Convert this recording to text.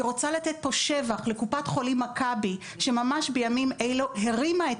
אני רוצה לתת פה שבח לקופת חולים מכבי שממש בימים אלה הרימה את